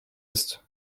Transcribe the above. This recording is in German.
ist